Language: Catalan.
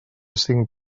cinc